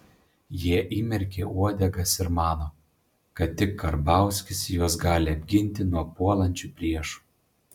jie įmerkė uodegas ir mano kad tik karbauskis juos gali apginti nuo puolančių priešų